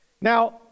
Now